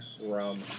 rum